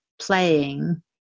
playing